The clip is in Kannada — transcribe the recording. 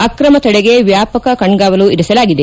ಅಕ್ರಮ ತಡೆಗೆ ವ್ಯಾಪಕ ಕಣ್ಗಾವಲು ಇರಿಸಲಾಗಿದೆ